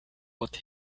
what